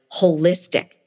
holistic